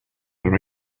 their